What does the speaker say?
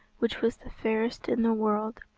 which was the fairest in the world.